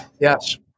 Yes